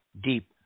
deep